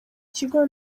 kigo